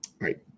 right